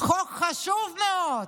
חוק חשוב מאוד.